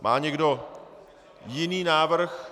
Má někdo jiný návrh?